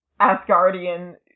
Asgardian